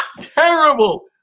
Terrible